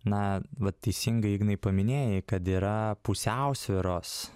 na vat teisingai ignai paminėjai kad yra pusiausvyros